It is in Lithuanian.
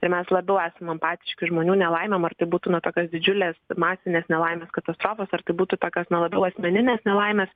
ir mes labiau esam empatiški žmonių nelaimėm ar tai būtų na tokios didžiulės masinės nelaimės katastrofos ar tai būtų tokios na labiau asmeninės nelaimės